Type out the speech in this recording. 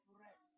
rest